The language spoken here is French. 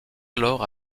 alors